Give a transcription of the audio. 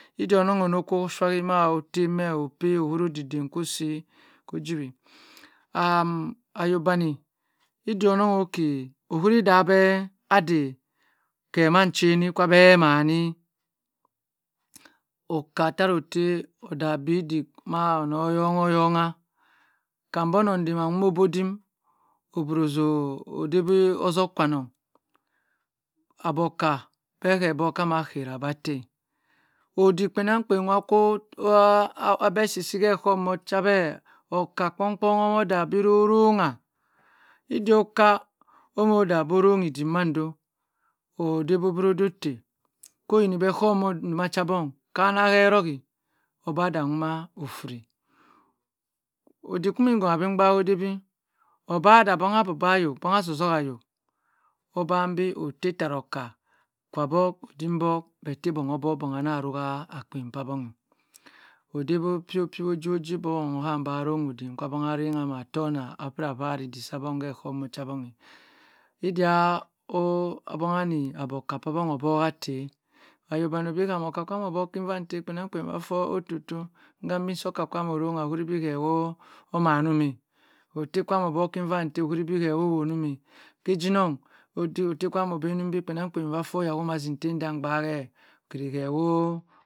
Idionong okor shai ma otem opagy ohoro odinaka kosey cojwy ayobang idionong oko sey caremanchery aborocur oyeroty odh bhy dyic ma omoh yongkyonah combor onodaman dhama obodim obrozoo odey bi ozor kwanong aborca behe obor chamacara obo ama yh odikpenan kpe kwo. Abesisi her coma sabh okar kpong kpong omo dah bo morongha idioka omoh dah bo inyodyma ndo odarobri-odey koyini okuma sabong kana lerowy obadh ma ofry, ody kimi hun gh bha ody bi obadah bong a bobayo bong asoh soah yo obam bi otey tara okar varbock odim bock bh tay bong obock, bong angha raakyien kpabong eh odey bo pieopie ojiwogip bobong amh no idy ca abong amh tongh abna ri edy sabong eh e diah oh abony obokar obock hatey oyo bang bhie bo okar kwam obock kivantey kpienang kpein for otum tum i rambi sor okar kwam orongha bo keh wo wonumeh okoojining, otey kwam obainumbi kpennnang faa oh yamahasim tey zam bieh